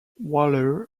waller